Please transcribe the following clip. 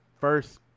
first